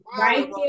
Right